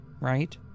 right